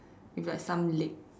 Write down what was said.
it's like some leg